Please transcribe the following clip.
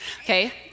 okay